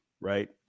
right